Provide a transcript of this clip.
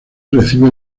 recibe